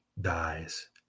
dies